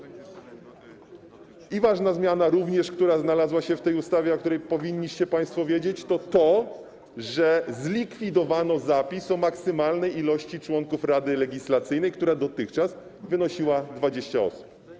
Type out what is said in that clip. I również ważna zmiana, która znalazła się w tej ustawie, a o której powinniście państwo wiedzieć, to to, że zlikwidowano zapis o maksymalnej ilości członków Rady Legislacyjnej, która dotychczas wynosiła 20 osób.